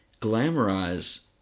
glamorize